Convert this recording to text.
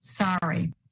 Sorry